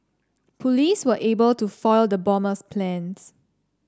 police were able to foil the bomber's plans